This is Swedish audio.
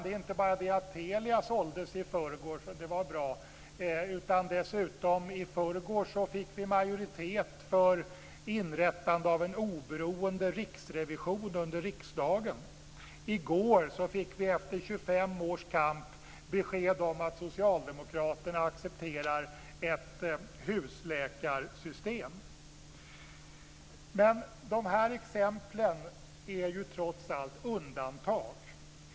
Det är inte bara det att Telia såldes i förrgår. Det var bra. I förrgår fick vi dessutom majoritet för inrättandet av en oberoende riksrevision under riksdagen. I går fick vi efter 25 års kamp besked om att Socialdemokraterna accepterar ett husläkarsystem. De här exemplen är trots allt undantag.